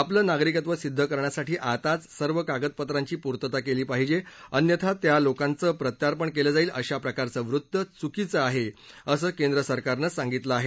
आपलं नागरिकत्व सिद्ध करण्यासाठी आताच सर्व कागदपत्रांची पूर्तता केली पाहिजे अन्यथा त्या लोकांचं प्रत्यार्पण केलं जाईल अशा प्रकारचं वृत्त चुकीचं आहे असं केंद्र सरकारनं सांगितलं आहे